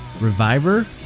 Reviver